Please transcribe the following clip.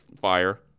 Fire